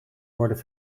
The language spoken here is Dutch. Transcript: worden